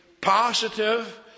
positive